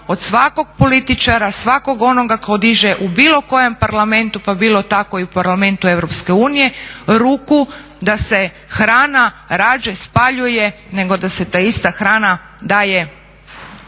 od svakog političara, svakog onoga tko diže u bilo kojem Parlamentu pa bilo tako i u Parlamentu EU ruku da se hrana radije spaljuje nego da se ta ista hrana daje